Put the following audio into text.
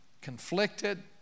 conflicted